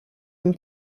jen